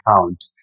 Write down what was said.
account